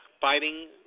fighting